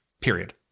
Period